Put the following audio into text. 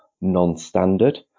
non-standard